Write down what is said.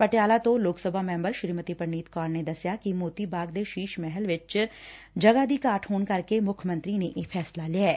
ਪਟਿਆਲਾ ਤੋਂ ਲੋਕ ਸਭਾ ਮੈਂਬਰ ਸ੍ਸੀਮਤੀ ਪਰਨੀਤ ਕੌਰ ਨੇ ਦੱਸਿਆ ਕਿ ਮੋਤੀ ਬਾਗ ਦੇ ਸ਼ੀਸ਼ ਮਹਿਲ ਵਿਚ ਜਗ਼ਾ ਦੀ ਘਾਟ ਹੋਣ ਕਰਕੇ ਮੁੱਖ ਮੰਤਰੀ ਨੇ ਇਹ ਫੈਸਲਾ ਲਿਐ